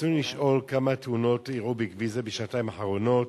רצוני לשאול: 1. כמה תאונות אירעו בכביש זה בשנתיים האחרונות?